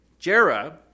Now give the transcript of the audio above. Jera